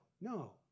no